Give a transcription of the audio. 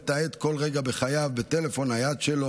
מתעד כל רגע בחייו בטלפון הנייד שלו.